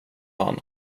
han